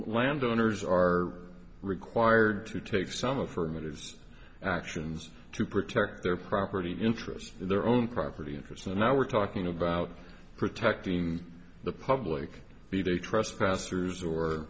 landowners are required to take some affirmative actions to protect their property interests in their own property interests and now we're talking about protecting the public be they trespassers or